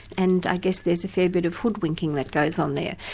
and i guess there's a fair bit of hoodwinking that goes on there.